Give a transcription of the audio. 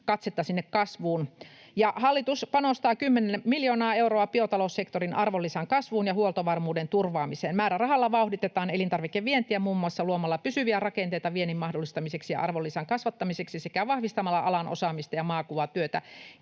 nimenomaan sinne kasvuun. Hallitus panostaa kymmenen miljoonaa euroa biotaloussektorin arvonlisän kasvuun ja huoltovarmuuden turvaamiseen. Määrärahalla vauhditetaan elintarvikevientiä muun muassa luomalla pysyviä rakenteita viennin mahdollistamiseksi ja arvonlisän kasvattamiseksi sekä vahvistamalla alan osaamista ja maakuvatyötä.